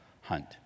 hunt